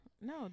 No